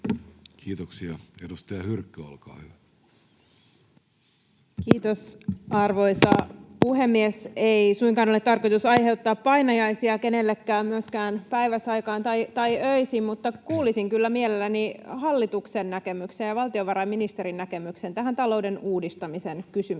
Time: 15:48 Content: Kiitos, arvoisa puhemies! Ei suinkaan ole tarkoitus aiheuttaa painajaisia kenellekään myöskään päiväsaikaan eikä öisin. Mutta kuulisin kyllä mielelläni hallituksen näkemyksiä ja valtiovarainministerin näkemyksen tähän talouden uudistamisen kysymykseen,